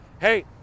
hey